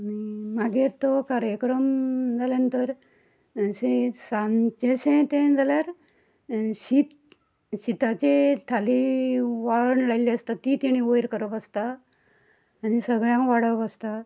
आनी मागीर तो कार्यक्रम जाल्या नंतर अशें सांचेशे तें जाल्यार शीत शिताचे थाली वाळण लायिल्ली आसता ती ताणी वयर करप आसता आनी सगळ्यांग वाडप आसता